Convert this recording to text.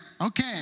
okay